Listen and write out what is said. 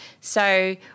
So-